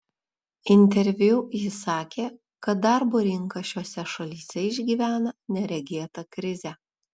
interviu ji sakė kad darbo rinka šiose šalyse išgyvena neregėtą krizę